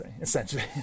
essentially